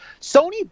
Sony